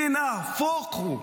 נהפוך הוא,